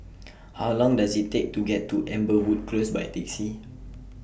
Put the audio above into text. How Long Does IT Take to get to Amberwood Close By Taxi